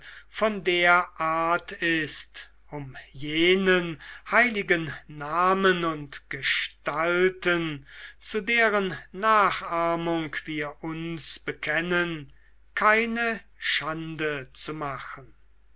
von der art ist um jenen heiligen namen und gestalten zu deren nachahmung wir uns bekennen keine schande zu machen